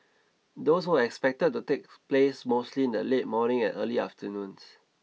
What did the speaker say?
those were expected to take place mostly in the late morning and early afternoons